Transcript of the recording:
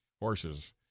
horses